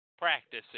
practicing